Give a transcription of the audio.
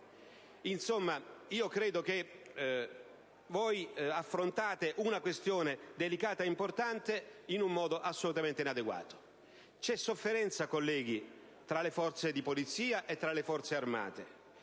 Insomma, io credo che voi affrontiate una questione delicata ed importante in un modo assolutamente inadeguato. Vi è sofferenza, colleghi, tra le Forze di polizia e Forze armate.